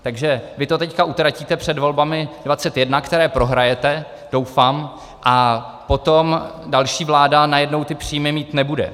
Takže vy to teď utratíte před volbami 2021, které prohrajete, doufám, a potom další vláda najednou ty příjmy mít nebude.